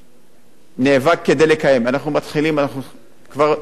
אנחנו מתחילים עם 90 מיליון שקלים וזה לא מספיק.